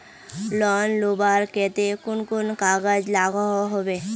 Loan लुबार केते कुन कुन कागज लागोहो होबे?